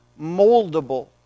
moldable